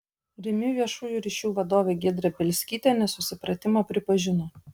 rimi viešųjų ryšių vadovė giedrė bielskytė nesusipratimą pripažino